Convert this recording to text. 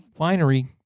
Winery